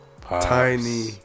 Tiny